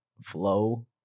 flow